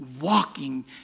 walking